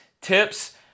tips